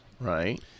Right